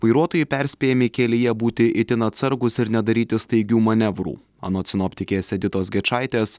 vairuotojai perspėjami kelyje būti itin atsargūs ir nedaryti staigių manevrų anot sinoptikės editos gečaitės